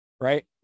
Right